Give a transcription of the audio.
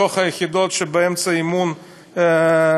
בתוך היחידות שהן באמצע אימון צבאי,